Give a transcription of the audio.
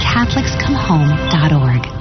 CatholicsComeHome.org